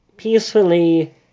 peacefully